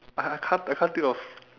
I I can't I can't think of